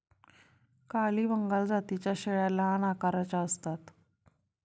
काली बंगाल जातीच्या शेळ्या लहान आकाराच्या असतात